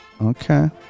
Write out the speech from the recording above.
Okay